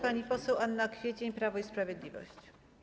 Pani poseł Anna Kwiecień, Prawo i Sprawiedliwość.